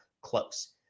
close